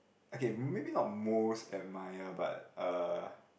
okay maybe not most admire but uh